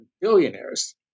billionaires